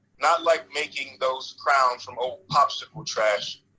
not like making those crowns from old popsicle trash.